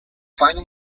final